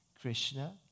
Krishna